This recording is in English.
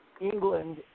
England